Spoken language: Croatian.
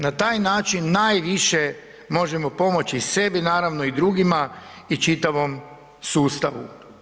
Na taj način najviše možemo pomoći sebi naravno i drugima i čitavom sustavu.